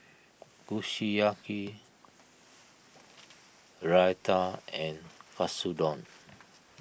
Kushiyaki Raita and Katsudon